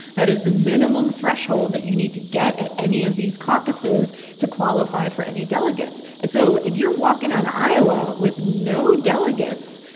that is the minimum threshold that you need to get at any of these caucuses to qualify for any delegates. and so if you're walking out of iowa with no delegates,